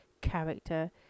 character